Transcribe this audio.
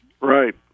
Right